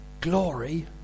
glory